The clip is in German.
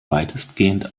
weitestgehend